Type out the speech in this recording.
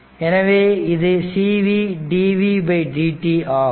எனவே இது cv dvdtஆகும்